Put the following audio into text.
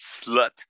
Slut